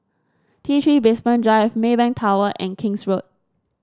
T Three Basement Drive Maybank Tower and King's Road